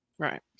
Right